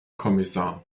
kommissar